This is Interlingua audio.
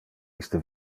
iste